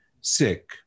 sick